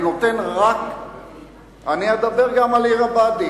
אני אדבר גם על עיר הבה"דים.